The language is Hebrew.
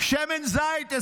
שמן זית,